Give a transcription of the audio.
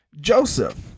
Joseph